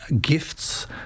gifts